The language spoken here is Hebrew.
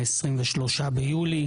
23 ביולי,